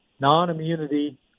non-immunity